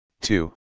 two